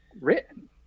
written